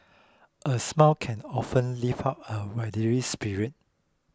a smile can often lift up a weary spirit